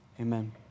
Amen